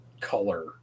color